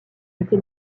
été